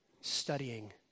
studying